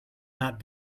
not